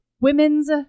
women's